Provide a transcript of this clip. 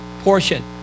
portion